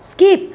skip